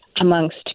amongst